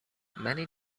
many